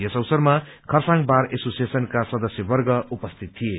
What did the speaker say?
यस अवसरमा खरसाङ बार एसोसिएशनका सदस्यवर्ग उपस्थित थिए